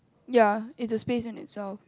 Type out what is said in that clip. ya it's a space in itself